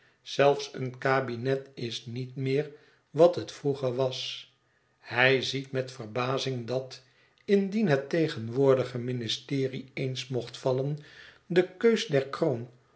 zelfs een kabinet is niet meer wat het vroeger was hij ziet met verbazing dat indien het tegenwoordige ministerie eens mocht vallen de keus der